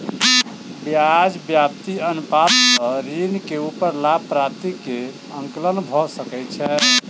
ब्याज व्याप्ति अनुपात सॅ ऋण के ऊपर लाभ प्राप्ति के आंकलन भ सकै छै